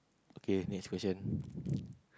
K next question